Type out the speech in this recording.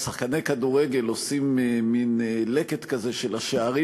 לשחקני כדורגל עושים מין לקט כזה של השערים